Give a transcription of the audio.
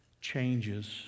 changes